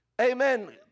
amen